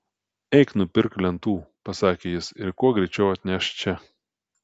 eik nupirk lentų pasakė jis ir kuo greičiau atnešk čia